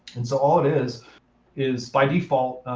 and so all it is is, by default,